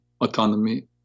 autonomy